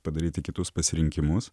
padaryti kitus pasirinkimus